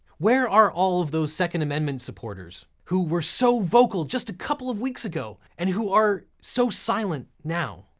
where are all of those second amendment supporters who were so vocal just a couple of weeks ago and who are so silent now,